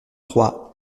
trois